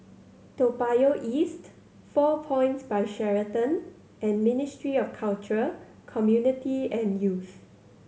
Toa Payoh East Four Points By Sheraton and Ministry of Culture Community and Youth